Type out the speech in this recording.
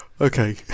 Okay